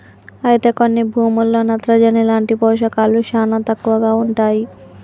అయితే కొన్ని భూముల్లో నత్రజని లాంటి పోషకాలు శానా తక్కువగా ఉంటాయి